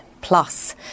plus